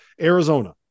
Arizona